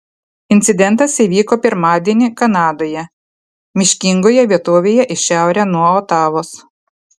incidentas įvyko pirmadienį kanadoje miškingoje vietovėje į šiaurę nuo otavos